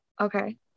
okay